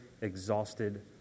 exhausted